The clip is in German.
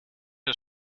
das